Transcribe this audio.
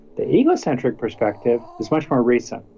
the egocentric perspective is much more recent.